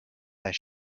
their